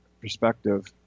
perspective